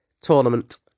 Tournament